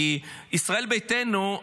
כי ישראל ביתנו,